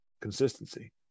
consistency